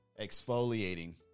exfoliating